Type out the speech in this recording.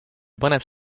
paneb